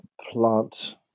plant